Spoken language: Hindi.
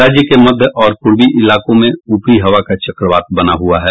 राज्य के मध्य और पूर्वी इलाकों में ऊपरी हवा का चक्रवात बना हुआ है